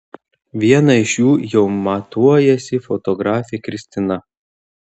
vieną iš jų jau matuojasi fotografė kristina